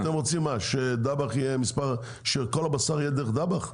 אתם רוצים מה שדבאח יהיה, שכל הבשר יהיה דרך דבאח?